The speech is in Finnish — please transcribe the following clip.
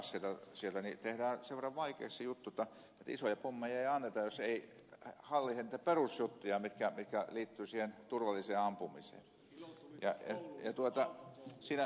tehdään sen verran vaikeaksi se juttu jotta isoja pommeja ei anneta jos ei hallitse niitä perusjuttuja mitkä liittyvät siihen turvalliseen ampumiseen